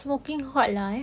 smoking hot lah